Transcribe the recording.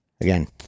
again